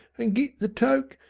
an' git the toke,